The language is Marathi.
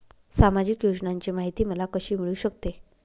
सामाजिक योजनांची माहिती मला कशी मिळू शकते?